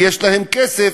שיש להם כסף,